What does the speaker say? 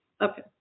Okay